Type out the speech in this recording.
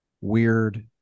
weird